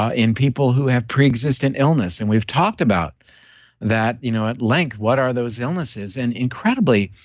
ah in people who have preexistent illness. and we've talked about that you know at length what are those illnesses? and incredibly,